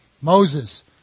Moses